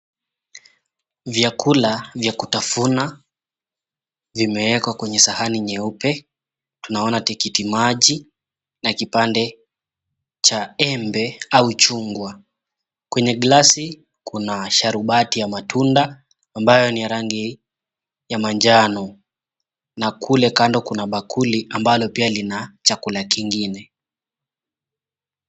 Vyakula vya kutafuna vimeekwa kwenye sahani nyeupe, tunaona tikitimaji, na kipande cha embe au chungwa kwenye glasi, kuna sharubati ya matunda ambayo ni ya rangi ya manjano na kule kando kuna bakuli ambalo pia lina chakula kingine.